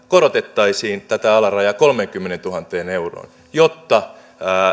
korotettaisiin tätä alarajaa kolmeenkymmeneentuhanteen euroon jotta